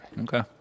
Okay